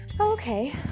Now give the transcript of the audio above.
okay